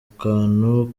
kantu